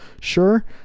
Sure